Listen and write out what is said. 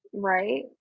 Right